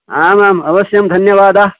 आमाम् अवश्यं धन्यवादः